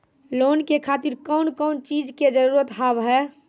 Loan के खातिर कौन कौन चीज के जरूरत हाव है?